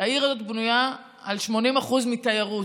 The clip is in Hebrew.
העיר הזאת בנויה 80% על תיירות.